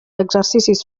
exercicis